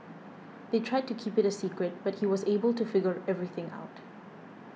they tried to keep it a secret but he was able to figure everything out